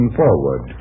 forward